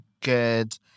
good